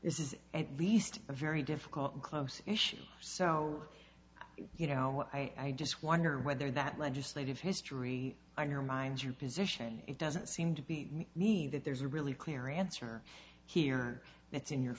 this is at least a very difficult close issue so you know i just wonder whether that legislative history on your mind your position it doesn't seem to be mean that there's a really clear answer here that's in your